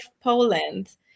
Poland